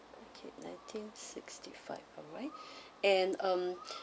okay nineteen sixty five alright and um